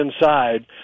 inside